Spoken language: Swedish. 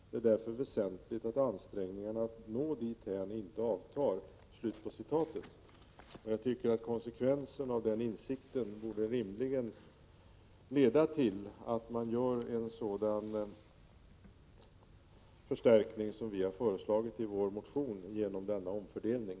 Det är därför väsentligt att ansträngningarna att nå dithän inte avtar.” Jag tycker att konsekvensen av den insikten rimligen borde vara att man företar en sådan förstärkning som vi har föreslagit i vår motion genom denna omfördelning.